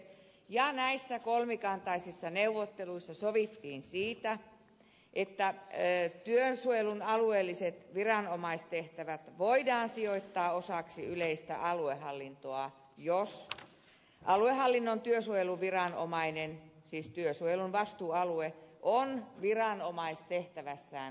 ja näissä kolmikantaisissa neuvotteluissa sovittiin siitä että työsuojelun alueelliset viranomaistehtävät voidaan sijoittaa osaksi yleistä aluehallintoa jos aluehallinnon työsuojeluviranomainen siis työsuojelun vastuualue on viranomaistehtävässään riippumaton